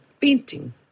painting